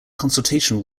consultation